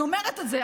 אני אומרת את זה.